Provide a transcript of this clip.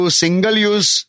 single-use